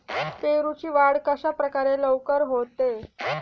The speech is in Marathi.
पेरूची वाढ कशाप्रकारे लवकर होते?